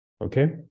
Okay